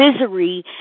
misery